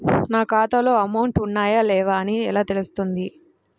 నా ఖాతాలో అమౌంట్ ఉన్నాయా లేవా అని ఎలా తెలుస్తుంది?